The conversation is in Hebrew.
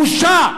בושה.